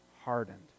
hardened